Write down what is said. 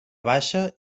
baixa